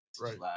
right